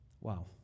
Wow